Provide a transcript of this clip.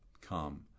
come